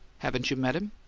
haven't you met him?